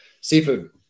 seafood